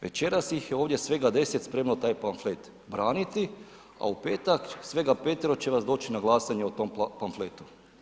Večeras ih je ovdje svega 10 spremno taj pamflet braniti, a u petak svega 5-ero će vas doći na glasanje o tom pamfletu.